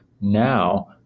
now